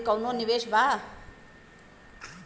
कम समय खातिर कौनो निवेश बा?